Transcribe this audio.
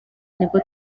nibwo